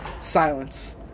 Silence